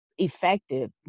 effective